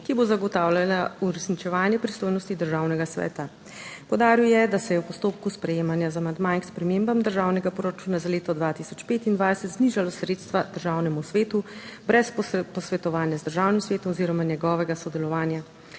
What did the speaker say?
ki bo zagotavljala uresničevanje pristojnosti Državnega sveta. Poudaril je, da se je v postopku sprejemanja z amandmaji k spremembam državnega proračuna za leto 2025 znižala sredstva Državnemu svetu brez posvetovanja z Državnim svetom oziroma njegovega sodelovanja